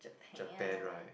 Japan right